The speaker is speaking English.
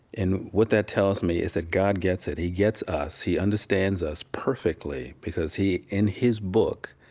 and what that tells me is that god gets it. he gets us. he understands us perfectly because he, in his book,